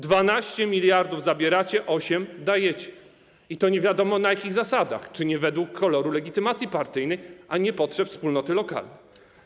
12 mld zabieracie, 8 dajecie, i to nie wiadomo, na jakich zasadach, czy nie według koloru legitymacji partyjnej, a nie potrzeb wspólnoty lokalnej.